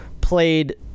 played